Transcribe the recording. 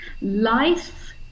life